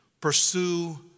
pursue